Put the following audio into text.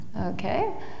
Okay